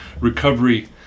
Recovery